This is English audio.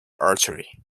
archery